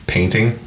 Painting